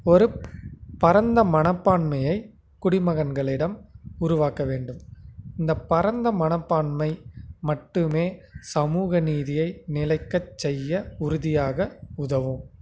ஒருப் பரந்த மனப்பான்மையை குடிமகன்களிடம் உருவாக்க வேண்டும் இந்த பரந்த மனப்பான்மை மட்டுமே சமூக நீதியை நிலைக்கச் செய்ய உறுதியாக உதவும்